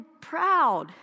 proud